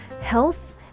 health